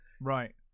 Right